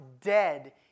dead